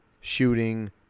shooting